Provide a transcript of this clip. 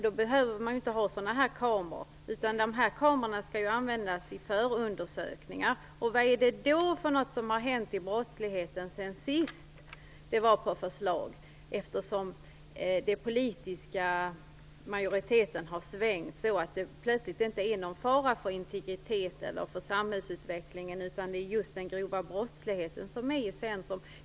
Då behövs inte sådana här kameror. De skall ju användas för förundersökningar. Vad är det då som har hänt inom brottsligheten sedan övervakningskameror senast var på förslag och som har gjort att den politiska majoriteten har svängt? Plötsligt är det ingen fara för integriteten eller samhällsutvecklingen. I stället är det den grova brottsligheten som står i centrum.